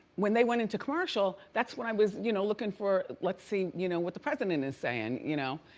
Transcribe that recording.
when they went into commercial, that's what i was you know looking for let's see you know what the president is saying, you know.